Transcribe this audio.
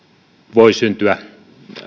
voi syntyä